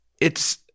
it's-